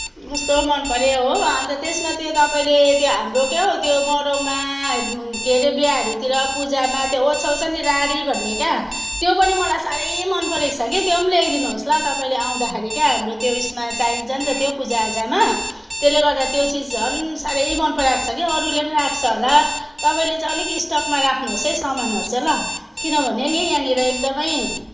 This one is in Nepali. कस्तो मन पऱ्यो हो अन्त त्यसमा त्यो तपाईँले त्यो हाम्रो क्या हो त्यो मराउमा के अरे बिहेहरू तिर पूजामा त्यो ओछ्याउँछन् नि राडी भन्ने के त्यो पनि मलाई साह्रै मनपरेको छ कि त्यो पनि ल्याइदिनुहोस् ल तपाईँले आउँदाखेरि के हाम्रो त्यो उसमा चाहिन्छ नि त त्यो पूजा आजामा त्यसले गर्दा त्यो चिज झन् साह्रै मन पराएको छ के अरूले पनि राख्छ होला तपाईँले चाहिँ स्टकमा राख्नुहोस् है सामानहरू चाहिँ ल किनभने नि यहाँनिर एकदमै